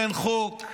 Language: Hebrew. אין חוק,